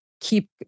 keep